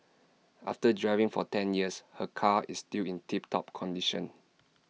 after driving for ten years her car is still in tip top condition